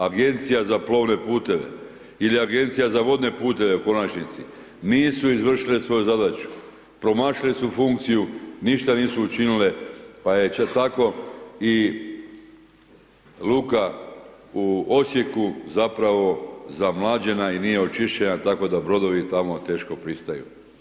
Agencija za plovne puteve ili Agencija za vodne puteve u konačnici, nisu izvršile svoju zadaću, promašile su funkciju, ništa nisu učinile, pa je tako i Luka u Osijeku zapravo zamlađena i nije očišćenja, tako da brodovi tamo teško pristaju.